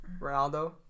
Ronaldo